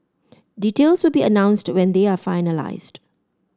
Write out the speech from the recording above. details will be announced when they are finalised